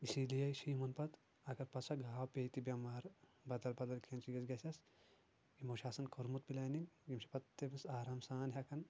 اِسی لیے چھ یِمن پَتہٕ اَگر پَتہٕ سۄ گاو پیٚیہِ تہِ بیٚمار بدل بدل کیٚنٛہہ چیٖز گژھیٚس یِمو چھُ آسان کوٚرمُت پِلیننگ یِم چھِ پَتہٕ تٔمِس آرام سان ہیٚکان